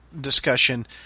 discussion